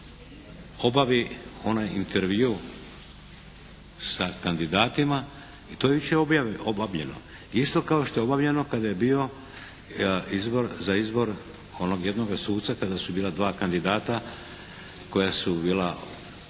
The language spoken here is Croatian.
kada je bio za izbor onoga jednoga suca kada su bila dva kandidata koja su bila